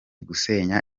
gusenya